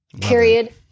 Period